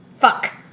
Fuck